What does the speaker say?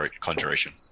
Conjuration